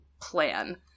plan